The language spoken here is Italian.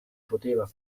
poteva